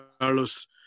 Carlos